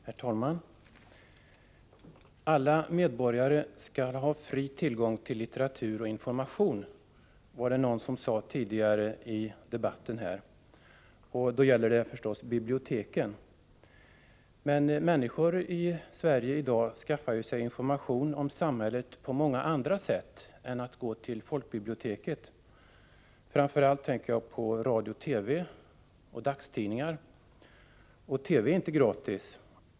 Herr talman! Alla medborgare skall. ha fri tillgång till litteratur och information, sade någon tidigare i debatten, och det var förstås biblioteken som då åsyftades. Men människor skaffar sig i Sverige i dag information om samhället på många andra sätt än genom att gå till folkbiblioteket. Jag tänker framför allt på radio och TV liksom på dagstidningar. Och att se på TV är inte gratis.